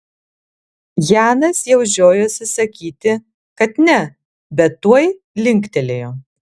janas jau žiojosi sakyti kad ne bet tuoj linktelėjo